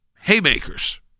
Haymakers